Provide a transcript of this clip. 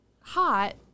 hot